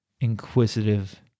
inquisitive